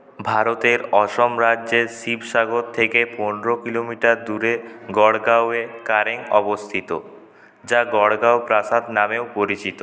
ভারতের অসম রাজ্যের শিবসাগর থেকে পনেরো কিলোমিটার দূরে গড়গাঁওয়ে কারেং অবস্থিত যা গড়গাঁও প্রাসাদ নামেও পরিচিত